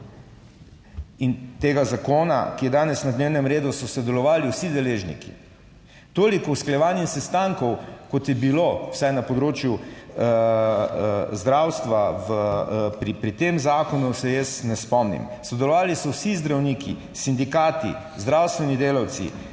in tega zakona, ki je danes na dnevnem redu, so sodelovali vsi deležniki. Toliko usklajevanj in sestankov, kot je bilo vsaj na področju zdravstva pri tem zakonu, se jaz ne spomnim. Sodelovali so vsi zdravniki, sindikati, zdravstveni delavci,